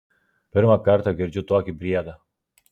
pirmą kartą girdžiu tokį briedą